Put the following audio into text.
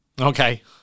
okay